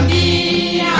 e